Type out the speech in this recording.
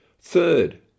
Third